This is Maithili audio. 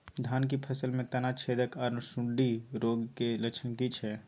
धान की फसल में तना छेदक आर सुंडी रोग के लक्षण की छै?